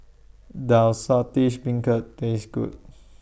Does Saltish Beancurd Taste Good